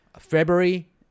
February